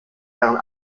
deren